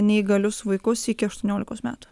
neįgalius vaikus iki aštuoniolikos metų